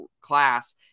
class